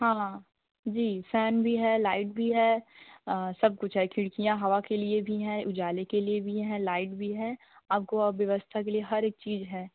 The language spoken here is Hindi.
हाँ जी फै़न भी है लाइट भी है सब कुछ है खिड़कियाँ हवा के लिए भी हैं उजाले के लिए भी हैं लाइट भी है आपको अब व्यवस्था के लिए हर एक चीज़ है